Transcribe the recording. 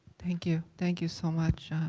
thank you. thank you so much.